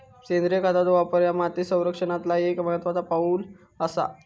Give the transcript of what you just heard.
सेंद्रिय खतांचो वापर ह्या माती संरक्षणातला एक महत्त्वाचा पाऊल आसा